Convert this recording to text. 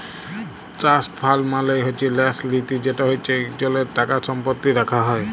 trust fund মালে হছে ল্যাস লিতি যেট হছে ইকজলের টাকা সম্পত্তি রাখা হ্যয়